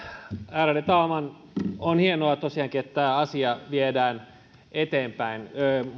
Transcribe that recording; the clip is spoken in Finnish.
ärade talman on hienoa tosiaankin että tämä asia viedään eteenpäin